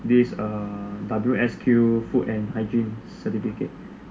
this uh W_S_Q food and hygiene certificate